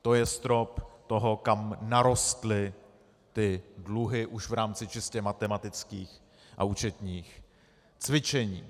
To je strop toho, kam narostly ty dluhy už v rámci čistě matematických a účetních cvičení.